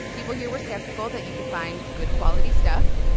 people here were skeptical that you could find good quality stuff.